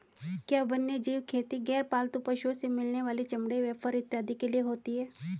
क्या वन्यजीव खेती गैर पालतू पशुओं से मिलने वाले चमड़े व फर इत्यादि के लिए होती हैं?